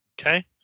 Okay